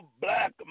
black